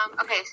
Okay